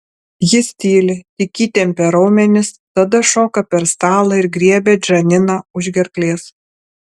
jis tyli tik įtempia raumenis tada šoka per stalą ir griebia džaniną už gerklės